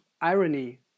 irony